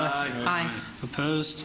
i suppose